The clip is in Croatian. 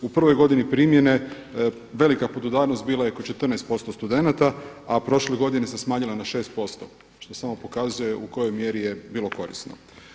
U prvoj godini primjene velika podudarnost bila je oko 14% studenata, a prošle godine se smanjila na 6% što samo pokazuje u kojoj mjeri je bilo korisno.